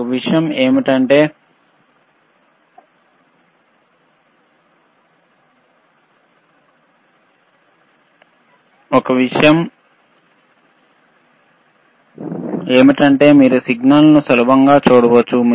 ఒక విషయం ఏమిటంటే మీరు సిగ్నల్ను సులభంగా చూడవచ్చు